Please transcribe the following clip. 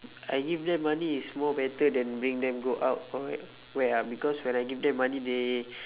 I give them money is more better than bring them go out why ah because when I give them they